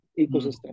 ecosystem